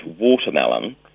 watermelon